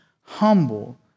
humble